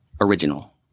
original